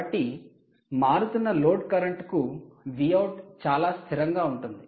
కాబట్టి మారుతున్న లోడ్ కరెంటుకు Vout చాలా స్థిరంగా ఉంటుంది